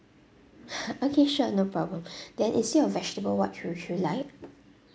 okay sure no problem then instead of vegetable what do you like